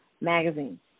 Magazine